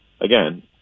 Again